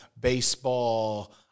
baseball